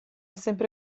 sempre